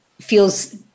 feels